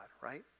right